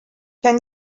can